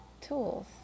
tools